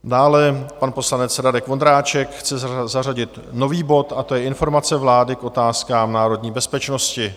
Dále pan poslanec Radek Vondráček chce zařadit nový bod, a to Informace vlády k otázkám národní bezpečnosti.